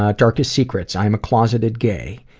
ah darkest secrets i am a closeted gay.